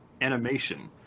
animation